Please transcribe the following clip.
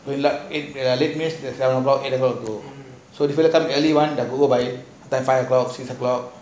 so late late means ten o'clock will go so come early one by eight nine o'clock go out